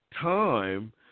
time